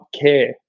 care